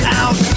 out